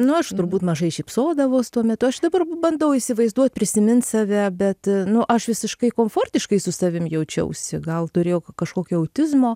nu aš turbūt mažai šypsodavaus tuo metu aš dabar bandau įsivaizduot prisimint save bet nu aš visiškai komfortiškai su savim jaučiausi gal turėjau kažkokio autizmo